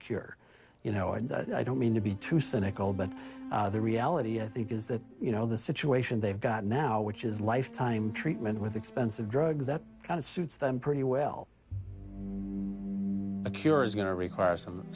cure you know and i don't mean to be too cynical but the reality i think is that you know the situation they've got now which is lifetime treatment with expensive drugs that kind of suits them pretty well what you're going to require some